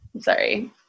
Sorry